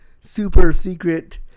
super-secret